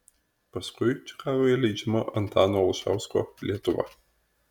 paskui čikagoje leidžiama antano olšausko lietuva